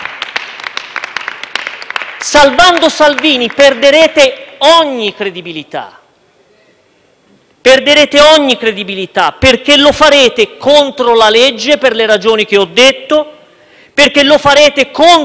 perderete ogni credibilità: perché lo farete contro la legge per le ragioni che ho detto, perché lo farete contro l'evidenza dei fatti, perché lo farete - ne sono sicuro - in molti casi anche contro la vostra coscienza,